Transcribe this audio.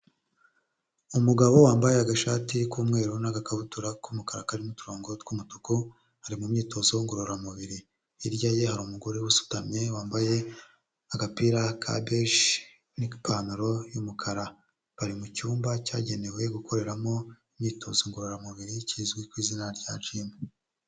Umugabo wambaye agashati k'umweru n'akabutura k'umukara karimo urongo tw'umutuku ari mu myitozo ngororamubiri, hirya ye hari umugore usutamye wambaye agapira ka beshi n'ipantaro y'umukara bari mu cyumba cyagenewe gukoreramo imyitozo ngororamubiri kizwi ku izina rya jimu.